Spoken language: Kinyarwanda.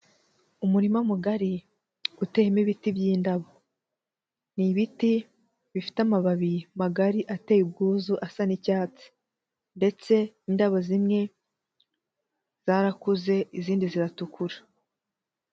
Umurima mugari, uteyemo ibiti by'indabo. Ni ibiti bifite amababi magari ateye ubwuzu, asa n'icyatsi. Ndetse indabo zimwe zarakuze, izindi ziratukura.